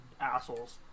assholes